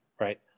right